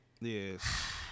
Yes